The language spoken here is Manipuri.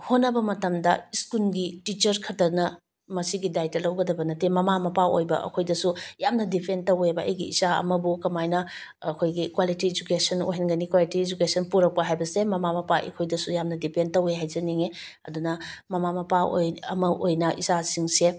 ꯍꯣꯠꯅꯕ ꯃꯇꯝꯗ ꯁ꯭ꯀꯨꯜꯒꯤ ꯇꯤꯆꯔꯁ ꯈꯛꯇꯅ ꯃꯁꯤꯒꯤ ꯗꯥꯏꯇ ꯂꯧꯒꯗꯕ ꯅꯠꯇꯦ ꯃꯃꯥ ꯃꯄꯥ ꯑꯣꯏꯕ ꯑꯩꯈꯣꯏꯗꯁꯨ ꯌꯥꯝꯅ ꯗꯤꯄꯦꯟ ꯇꯧꯋꯦꯕ ꯑꯩꯒꯤ ꯏꯆꯥ ꯑꯃꯕꯨ ꯀꯃꯥꯏꯅ ꯑꯩꯈꯣꯏꯒꯤ ꯀ꯭ꯋꯥꯂꯤꯇꯤ ꯏꯖꯨꯀꯦꯁꯟ ꯑꯣꯏꯍꯟꯒꯅꯤ ꯀ꯭ꯋꯥꯂꯤꯇꯤ ꯏꯖꯨꯀꯦꯁꯟ ꯄꯨꯔꯛꯄ ꯍꯥꯏꯕꯁꯦ ꯃꯃꯥ ꯃꯄꯥ ꯑꯩꯈꯣꯏꯗꯁꯨ ꯌꯥꯝꯅ ꯗꯤꯄꯦꯟ ꯇꯧꯋꯦ ꯍꯥꯏꯖꯅꯤꯡꯉꯦ ꯑꯗꯨꯅ ꯃꯃꯥ ꯃꯄꯥ ꯑꯃ ꯑꯣꯏꯅ ꯏꯆꯥꯁꯤꯡꯁꯦ